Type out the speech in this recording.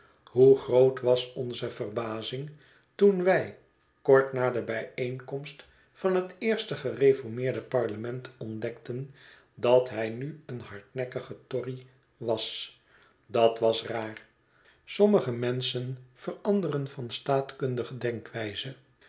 hoe groot was onze verbazing toen wij kort na de bijeenkomst van het eerste gereformeerde parlement ontdekten dat hij nu een hardnekkige tory was dat was raar sommige menschen veranderen van staatkundige denkwijze